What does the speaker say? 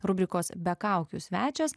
rubrikos be kaukių svečias